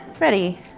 Ready